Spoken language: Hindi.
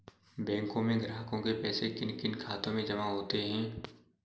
बैंकों में ग्राहकों के पैसे किन किन खातों में जमा होते हैं?